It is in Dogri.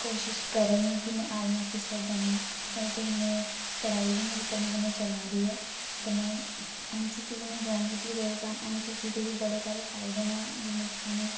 कोशश करा दी आं कि में आर्मी ऑफिसर बनांऽ ओह्दे ताहीं में पढ़ाई बी मेरी कन्नै कन्नै चलादी ऐ कन्नै एन सी सी बी ज्वॉइन कीती दी ऐ जेह्दे कारण एन सी सी दे बी बड़े सारे फायदे न जि'यां कि सानूं